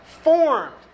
formed